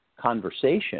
conversation